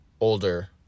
older